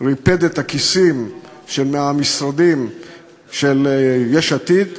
ריפד את הכיסים של המשרדים של יש עתיד,